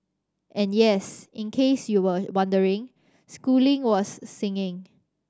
and yes in case you were wondering Schooling was singing